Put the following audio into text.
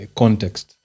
context